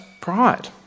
pride